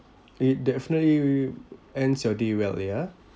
it definitely ends your day well ya